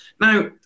Now